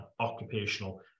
occupational